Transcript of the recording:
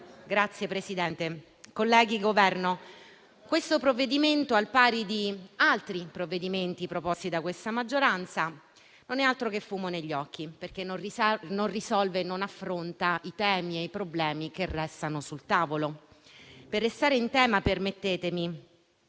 rappresentanti del Governo, questo provvedimento, al pari di altri proposti da questa maggioranza, non è altro che fumo negli occhi, perché non risolve e non affronta i temi e i problemi che restano sul tavolo. Per restare in tema - mi